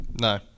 no